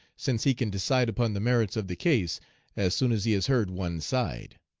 since he can decide upon the merits of the case as soon as he has heard one side.